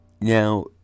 now